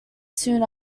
soon